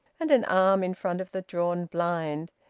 and an arm in front of the drawn blind.